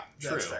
true